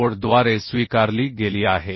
कोडद्वारे स्वीकारली गेली आहे